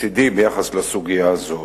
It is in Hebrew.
מצדי בסוגיה הזאת.